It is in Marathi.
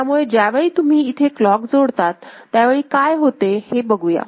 त्यामुळे ज्या वेळी तुम्ही इथे क्लॉक जोडतात त्यावेळी काय होते ते बघूया